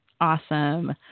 Awesome